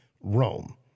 Rome